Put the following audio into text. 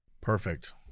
Perfect